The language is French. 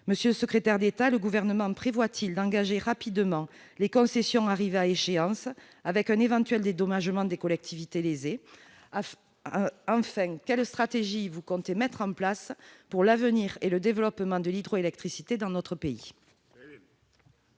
Monsieur le secrétaire d'État, le Gouvernement prévoit-il d'engager rapidement le renouvellement des concessions arrivées à échéance, avec un éventuel dédommagement des collectivités lésées ? Enfin, quelle stratégie comptez-vous mettre en place pour l'avenir et le développement de l'hydroélectricité dans notre pays ?